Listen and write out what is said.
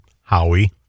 howie